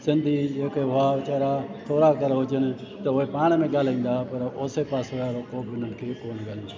सिंधी जेके हुआ वीचारा थोरा अगरि हुजनि त उहे पाण में ॻाल्हाईंदा पर आसे पासे वारो को बि उन्हनि खे कोन ॻाल्हाईंदो